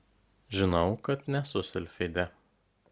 žinau kad nesu silfidė